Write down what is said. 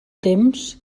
temps